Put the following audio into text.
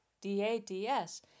D-A-D-S